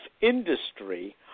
industry